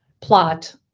plot